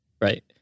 right